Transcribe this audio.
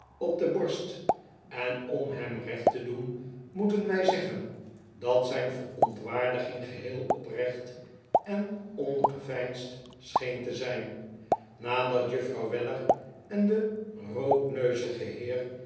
op de borst en om hem recht te doen moeten wij zeggen dat zijn verontwaardiging geheel oprecht en ongeveinsd scheen te zijn nadat juffrouw weller en de roodneuzige heer